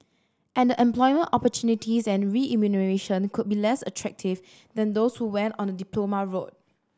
and the employment opportunities and remuneration could be less attractive than those who went on a diploma route